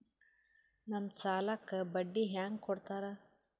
ನಮ್ ಸಾಲಕ್ ಬಡ್ಡಿ ಹ್ಯಾಂಗ ಕೊಡ್ತಾರ?